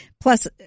Plus